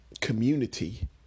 community